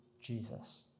Jesus